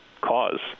cause